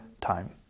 time